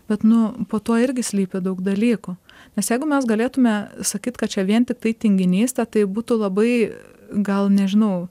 bet nu po tuo irgi slypi daug dalykų nes jeigu mes galėtume sakyt kad čia vien tiktai tinginystė tai būtų labai gal nežinau